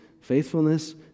faithfulness